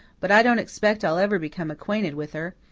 but i don't expect i'll ever become acquainted with her.